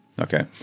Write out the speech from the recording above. Okay